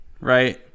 right